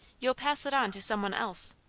you'll pass it on to some one else.